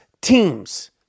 teams